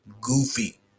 goofy